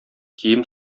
кием